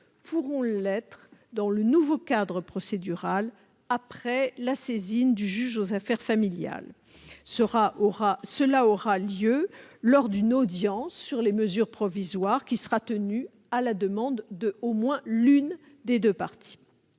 pourront l'être dans le nouveau cadre procédural, après la saisine du juge aux affaires familiales. Cela aura lieu lors d'une audience sur les mesures provisoires, qui sera tenue à la demande d'au moins l'une des deux parties.